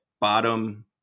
bottom